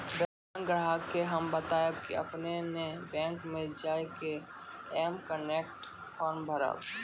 bank ग्राहक के हम्मे बतायब की आपने ने बैंक मे जय के एम कनेक्ट फॉर्म भरबऽ